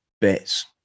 bits